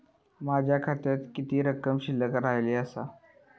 माझ्या खात्यात किती रक्कम शिल्लक आसा?